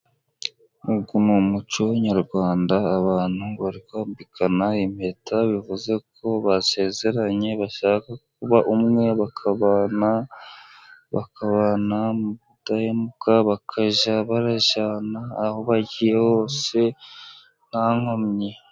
Uyu muco nyarwanda abantu barikwambikana impeta, bivuze ko basezeranye bashaka kuba umwe bakabana, bakabana mu budahemuka bakajya barajyana aho bagiye hose nta nkomyi.